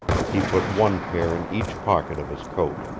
he put one pair in each pocket of his coat.